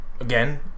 again